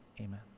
Amen